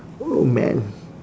oh man